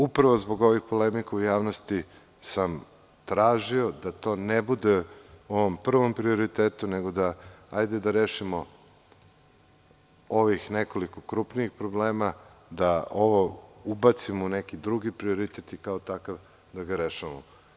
Upravo zbog ovih polemika u javnosti sam tražio da to ne bude u ovom prvom prioritetu nego hajde da rešimo ovim nekoliko krupnijih problema, da ovo ubacimo u neki drugi prioritet i kao takav da ga rešavamo.